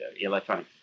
Electronic